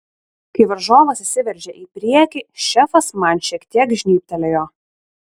kai varžovas įsiveržė į priekį šefas man šiek tiek žnybtelėjo